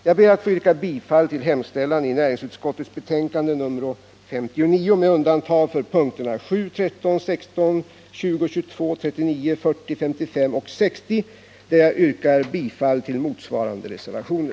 jag ber att få yrka bifall till hemställan i näringsutskottets betänkande nr 59 med undantag för punkterna 7, 13, 16, 20, 22, 39, 40, 55, 60, där jag yrkar bifall till motsvarande reservationer.